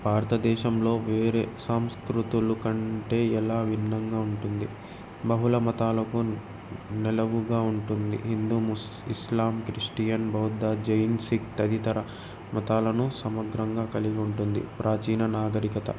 భారతదేశంలో వేరే సంస్కృతులు కంటే ఎలా భిన్నంగా ఉంటుంది బహుల మతాలకు నెలవుగా ఉంటుంది హిందూ ముస్ ఇస్లాం క్రిస్టియన్ బౌద్ధ జైన్ సిక్ తదితర మతాలను సమగ్రంగా కలిగి ఉంటుంది ప్రాచీన నాగరికత